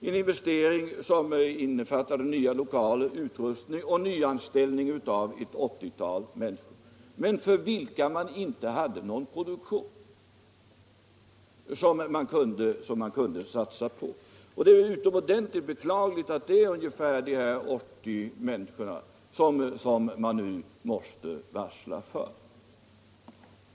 Denna investering innefattade nya lokaler, utrustning och nyanställning av ett 80-tal människor för vilka man inte hade någon produktion som man kunde satsa på. Detta var utomordentligt beklagligt. Det är ungefär dessa 80 personer som man nu måste varsla om uppsägning.